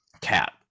cat